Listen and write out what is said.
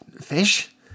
fish